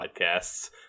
podcasts